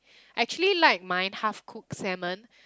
actually like mine half cooked salmon